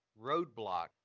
Roadblock